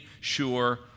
sure